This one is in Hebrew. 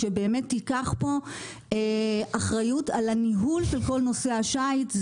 שבאמת תיקח פה אחריות על הניהול של כל נושא השיט.